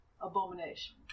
abomination